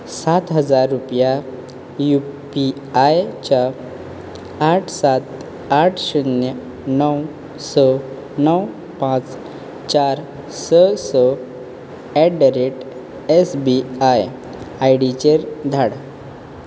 सात हजार रुपया यू पी आय च्या आठ सात आठ शुन्य णव स णव पांच चार स स at the rate S B I आयडीचेर धाड